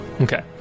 Okay